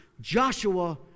Joshua